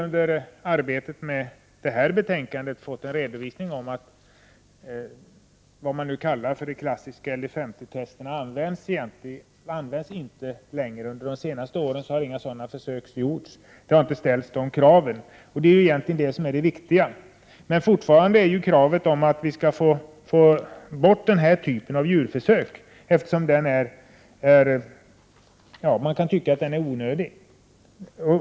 Under arbetet med detta betänkande har vi fått en redovisning om att dessa tester — som man nu kallar för klassiska LD50-tester — inte används längre. Under de senaste åren har inga sådana försök gjorts. Det har inte ställts de kraven. Det är ju egentligen det viktigaste. Fortfarande finns dock kravet på att man skall få bort denna typ av djurförsök, eftersom man kan tycka att den är onödig.